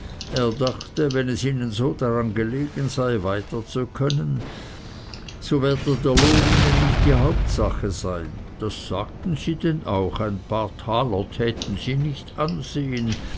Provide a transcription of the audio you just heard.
er dachte wenn es ihnen so daran gelegen sei weiter zu können so werde der lohn ihnen nicht die hauptsache sein das sagten sie denn auch ein paar taler täten sie nicht ansehen